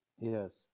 Yes